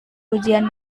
ujian